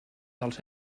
dels